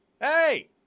Hey